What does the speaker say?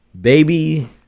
baby